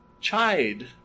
chide